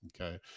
Okay